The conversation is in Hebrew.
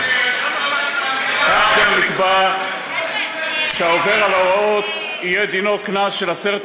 ל-100 מיליון קוב מים יעברו לפלסטינים ולירדנים ושליש לישראל.